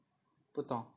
不懂